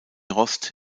rost